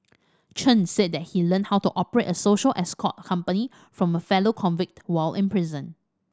Chen said that he learned how to operate a social escort company from a fellow convict while in prison